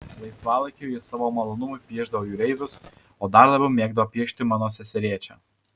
laisvalaikiu jis savo malonumui piešdavo jūreivius o dar labiau mėgo piešti mano seserėčią